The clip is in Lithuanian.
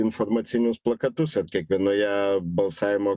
informacinius plakatus ten kiekvienoje balsavimo